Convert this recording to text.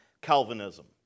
Calvinism